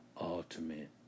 ultimate